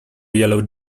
yellow